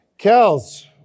Kels